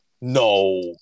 No